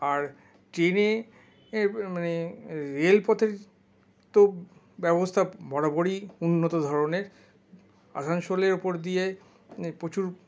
আর ট্রেনে মানে রেলপথের তো ব্যবস্থা বরাবরই উন্নত ধরনের আসানসোলের ওপর দিয়ে প্রচুর